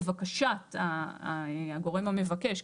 לבקשת הגורם המבקש,